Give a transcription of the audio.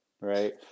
right